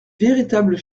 véritable